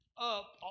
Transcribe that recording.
up